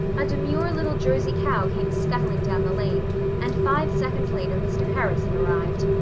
a demure little jersey cow came scuttling down the lane and five seconds later mr. harrison arrived.